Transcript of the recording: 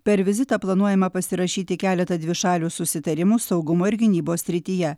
per vizitą planuojama pasirašyti keletą dvišalių susitarimų saugumo ir gynybos srityje